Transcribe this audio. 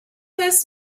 this